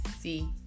see